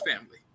family